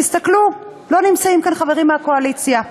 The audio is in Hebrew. תסתכלו: לא נמצאים כאן חברים מהקואליציה.